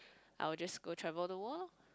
I will just go travel the world lor